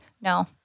No